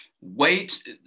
weight